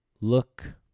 look